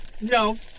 No